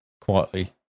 quietly